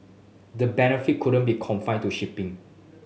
the benefit wouldn't be confined to shipping